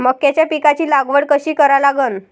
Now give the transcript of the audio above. मक्याच्या पिकाची लागवड कशी करा लागन?